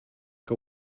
que